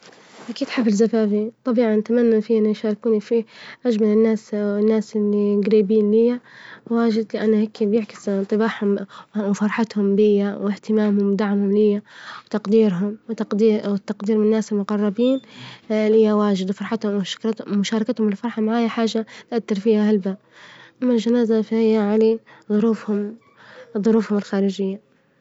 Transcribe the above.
أكيد حفل زفافي طبيعي نتمنى فيه أن يشاركون فيه أجمل الناس، والناس إللي قريبين لي واجد لأنه هكي يعكس انتباهم وفرحتهم بي وإهتمامهم ومدعمهم لي وتقديرهم والتقدير من الناس المقربين لي واجد وفرحتهم ومشاركتهم وفرحتهم معايا حاجة تأثر فيها هلبة، أما الجنازة فهي يعني ظروفهم ظروفهم الخارجية.